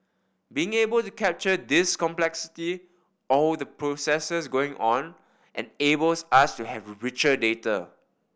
being able to capture this complexity all the processes going on enables us to have richer data